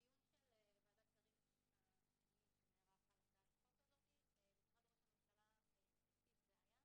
בדיון השני של ועדת השרים בהצעת החוק הזו משרד ראש הממשלה הציף בעיה